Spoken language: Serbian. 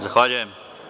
Zahvaljujem.